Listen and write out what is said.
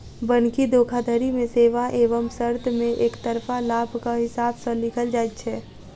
बन्हकी धोखाधड़ी मे सेवा एवं शर्त मे एकतरफा लाभक हिसाब सॅ लिखल जाइत छै